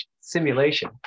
simulation